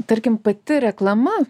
tarkim pati reklama